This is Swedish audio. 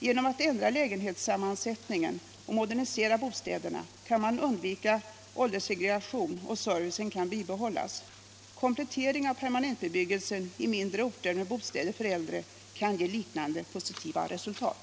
Genom att ändra lägenhetssammansättningen och modernisera bostäderna kan man undvika ålderssegregation och bibehålla servicen. Komplettering av permanentbebyggelsen i mindre orter med bostäder för äldre kan ge liknande positiva resultat.